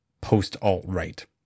post-alt-right